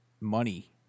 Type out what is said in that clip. money